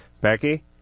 Becky